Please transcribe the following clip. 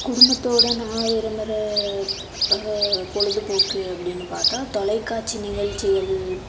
குடும்பத்தோடய நான் விரும்புகிற பொழுதுபோக்கு அப்படின்னு பார்த்தா தொலைக்காட்சி நிகழ்ச்சிகள்